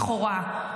לכאורה.